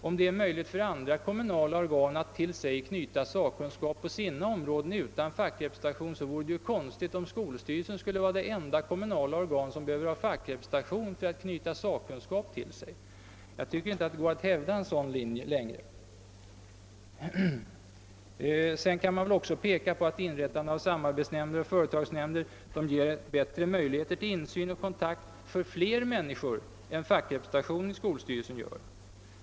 Om det är möjligt för andra kommunala organ att till sig knyta sakkunskap på sina områden utan fackrepresentation, vore det konstigt om skolstyrelsen skulle vara det enda kommunala organ som behöver fackrepresentation för att knyta sakkunskap till sig. Jag tycker att det inte längre går att hävda en sådan linje. Sedan kan man också peka på att inrättande av samarbetsnämnder och företagsnämnder ger bättre möjligheter till insyn och kontakt för flera människor än fackrepresentationen i skolstyrelsen gör.